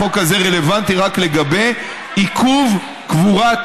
החוק הזה רלוונטי רק לגבי עיכוב קבורת